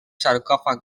sarcòfag